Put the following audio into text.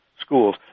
schools